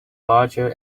larger